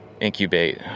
incubate